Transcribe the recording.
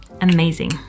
amazing